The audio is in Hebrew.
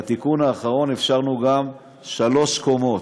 ובתיקון האחרון אפשרנו גם שלוש קומות.